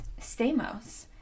Stamos